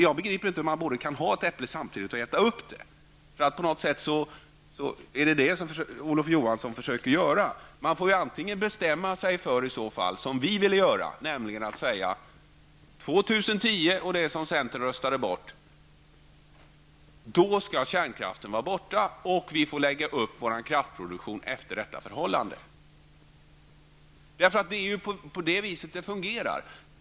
Jag begriper alltså inte hur man kan ha ett äpple kvar samtidigt som man äter upp det. På något sätt är det vad Olof Johansson försöker sig på. Man måste ju bestämma sig för vad man vill göra, och det är precis vad vi har gjort. År 2010, som centern röstat bort, skall kärnkraften vara borta. Sedan får vi anpassa vår kraftproduktion utifrån detta förhållande. Det är ju på det viset det fungerar.